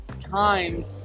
times